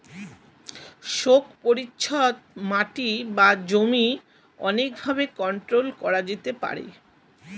শোক পরিচ্ছদ মাটি বা জমি অনেক ভাবে কন্ট্রোল করা যেতে পারে